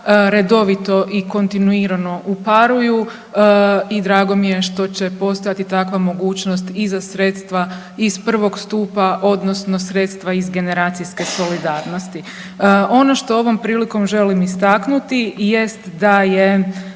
redovito i kontinuirano uparuju i drago mi je što će postojati i takva i za sredstva iz prvog stupa odnosno sredstva iz generacijske solidarnosti. Ono što ovom prilikom želim istaknuti jest da je